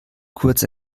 kurz